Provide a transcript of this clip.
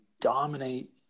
dominate